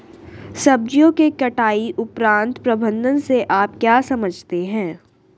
सब्जियों के कटाई उपरांत प्रबंधन से आप क्या समझते हैं?